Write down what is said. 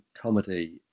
comedy